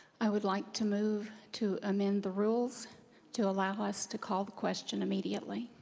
i would like to move to amend the rules to allow us to call the question immediately.